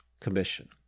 commission